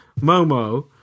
Momo